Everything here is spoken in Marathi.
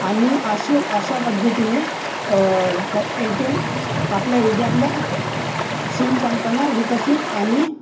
आणि अशी अशा पद्धतीने एयरटेल आपल्या इंडियातल्या सीम कंपन्या विकसित आणि